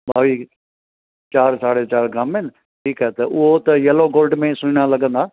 ॿावीह चारि साढे चारि ग्राम में न ठीकु आहे त उहो त यैलो गोल्ड में ई सुहिणा लॻंदा